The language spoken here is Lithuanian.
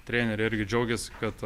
treneriai irgi džiaugiasi kad